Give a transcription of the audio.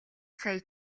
сая